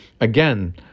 again